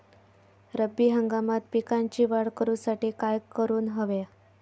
रब्बी हंगामात पिकांची वाढ करूसाठी काय करून हव्या?